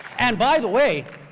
and by the way,